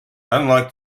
unlike